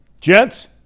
Gents